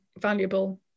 valuable